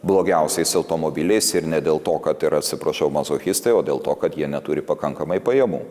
blogiausiais automobiliais ir ne dėl to kad yra atsiprašau mazochistai o dėl to kad jie neturi pakankamai pajamų